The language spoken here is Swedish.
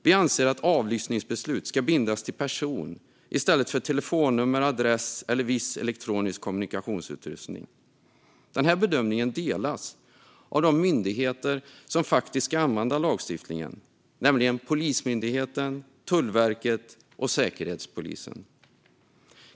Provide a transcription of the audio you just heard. Vi anser att avlyssningsbeslut ska bindas till person i stället för telefonnummer, adress eller viss elektronisk kommunikationsutrustning. Denna bedömning delas av de myndigheter som faktiskt ska använda lagstiftningen, nämligen Polismyndigheten, Tullverket och Säkerhetspolisen.